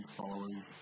followers